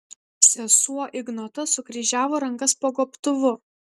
sesuo ignota sukryžiavo rankas po gobtuvu